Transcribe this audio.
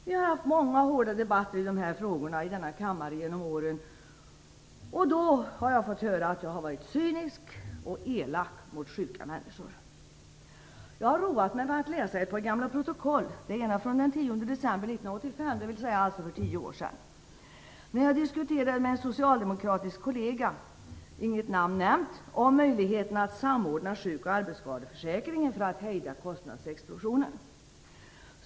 Vi har haft många hårda debatter i dessa frågor i denna kammare genom åren, och då har jag fått höra att jag har varit cynisk och elak mot sjuka människor. Jag har roat mig med att läsa i ett par gamla protokoll, det ena från den 10 december 1985, dvs. för tio år sedan, när jag diskuterade med en socialdemokratisk kollega - inget namn nämnt - om möjligheten att samordna sjuk och arbetsskadeförsäkringen för att hejda kostnadsexplosionen.